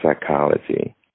psychology